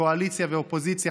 קואליציה ואופוזיציה,